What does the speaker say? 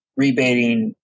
rebating